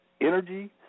energy